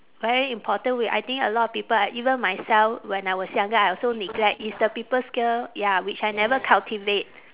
very important w~ I think a lot of people ah even myself when I was younger I also neglect it's the people skill ya which I never cultivate